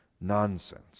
nonsense